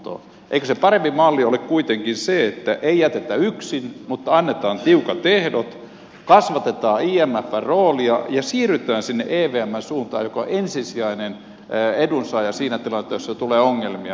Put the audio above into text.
eikö se parempi malli ole kuitenkin se että ei jätetä yksin mutta annetaan tiukat ehdot kasvatetaan imfn roolia ja siirrytään sen evmn suuntaan joka on ensisijainen edunsaaja siinä tilanteessa jos tulee ongelmia